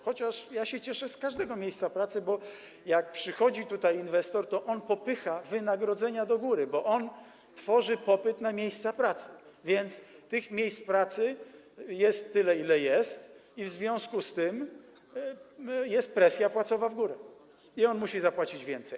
Chociaż ja się cieszę z każdego miejsca pracy, bo jak przychodzi tutaj inwestor, to on popycha wynagrodzenia do góry, tworzy popyt na miejsca pracy, więc tych miejsc pracy jest tyle, ile jest, i w związku z tym jest presja płacowa w górę, tak że on musi zapłacić więcej.